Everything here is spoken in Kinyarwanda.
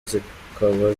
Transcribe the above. zikaba